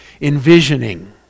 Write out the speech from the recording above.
envisioning